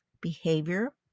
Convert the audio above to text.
behavior